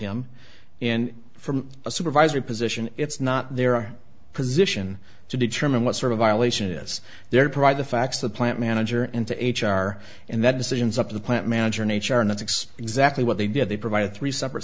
him in from a supervisory position it's not their position to determine what sort of violation is there to provide the facts the plant manager and to h r and that decisions up to the plant manager nature next exactly what they did they provided three separate